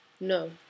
no